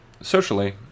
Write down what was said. socially